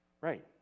Right